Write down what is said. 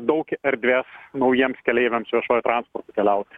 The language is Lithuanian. daug erdvės naujiems keleiviams viešuoju transportu keliaut